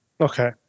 Okay